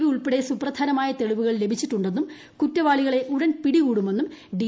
V ഉൾപ്പെടെ സുപ്രധാനമായ തെളിവുകൾ ലഭിച്ചിട്ടുണ്ടെന്നും കുറ്റവാളികളെ ഉടൻ പിടികൂടുമെന്നും ഡി